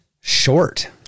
Short